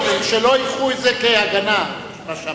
שלא ייקחו את זה כהגנה, מה שאמרת.